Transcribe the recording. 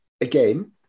Again